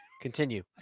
Continue